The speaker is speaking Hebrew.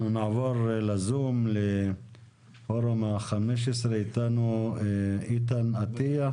נעבור לזום למנכ"ל פורום ה-15, איתן אטיה.